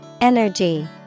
Energy